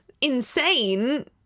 insane